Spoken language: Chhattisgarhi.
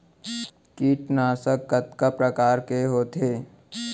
कीटनाशक कतका प्रकार के होथे?